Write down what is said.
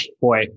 boy